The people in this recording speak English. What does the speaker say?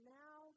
now